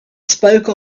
spoke